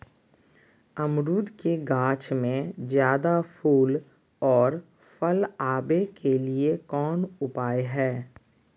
अमरूद के गाछ में ज्यादा फुल और फल आबे के लिए कौन उपाय है?